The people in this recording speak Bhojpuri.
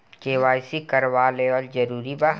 के.वाइ.सी करवावल जरूरी बा?